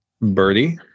Birdie